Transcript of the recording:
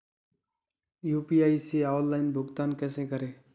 UPI से online भुगतान कैसे करें?